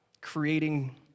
creating